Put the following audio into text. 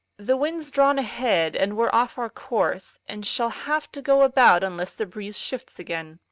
the wind's drawn ahead, and we're off our course, and shall have to go about unless the breeze shifts again.